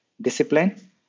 discipline